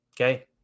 okay